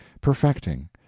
perfecting